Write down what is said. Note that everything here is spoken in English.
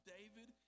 David